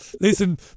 listen